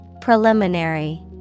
Preliminary